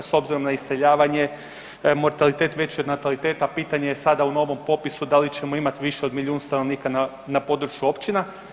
S obzirom na iseljavanje, mortalitet veći od nataliteta pitanje je sada u novom popisu da li ćemo imati više od milijun stanovnika na području općina.